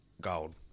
gold